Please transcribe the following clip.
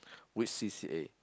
which c_c_a